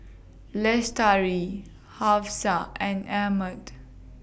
Lestari Hafsa and Ahmad